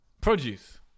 Produce